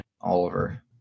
Oliver